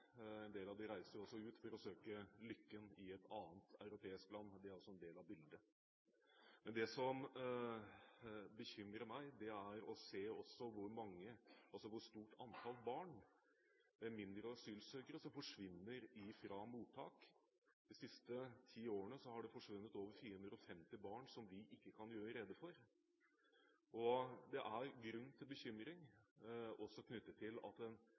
ut for å søke lykken i et annet europeisk land, det er en del av bildet. Det som bekymrer meg, er å se hvor stort antall barn – mindreårige asylsøkere – som forsvinner fra mottak. De siste ti årene har det forsvunnet over 450 barn som vi ikke kan gjøre rede for, og det er grunn til bekymring også knyttet til at en